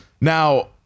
Now